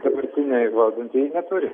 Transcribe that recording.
dabartiniai valdantieji neturi